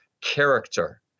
character